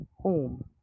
home